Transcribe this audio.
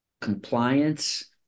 compliance